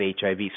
HIV